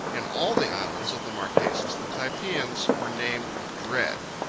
in all the islands of the marquesas the typeans were named with dread.